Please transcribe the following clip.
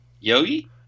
Yogi